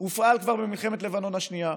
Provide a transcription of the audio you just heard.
הופעל כבר במלחמת לבנון השנייה,